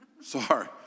Sorry